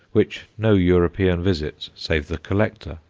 which no european visits save the collector,